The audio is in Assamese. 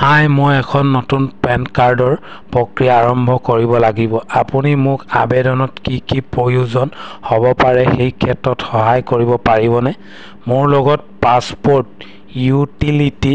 হাই মই এখন নতুন পেন কাৰ্ডৰ প্ৰক্ৰিয়া আৰম্ভ কৰিব লাগিব আপুনি মোক আবেদনত কি কি প্ৰয়োজন হ'ব পাৰে সেই ক্ষেত্ৰত সহায় কৰিব পাৰিবনে মোৰ লগত পাছপোৰ্ট ইউটিলিটি